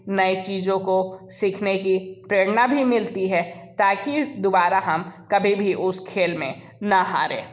नए चीज़ों को सीखने की प्रेरणा भी मिलती है ताकि दोबारा हम कभी भी उस खेल में ना हारें